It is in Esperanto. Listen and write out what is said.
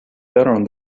teron